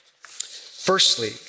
Firstly